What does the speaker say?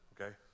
okay